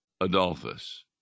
Adolphus